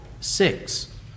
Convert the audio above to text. six